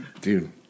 dude